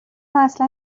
اصلا